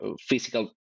physical